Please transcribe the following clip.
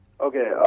Okay